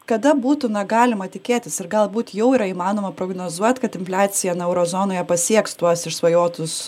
kada būtų na galima tikėtis ir galbūt jau yra įmanoma prognozuot kad infliacija na euro zonoje pasieks tuos išsvajotus